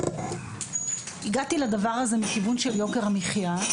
הגעתי לנושא מכיוון של יוקר המחיה,